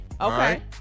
Okay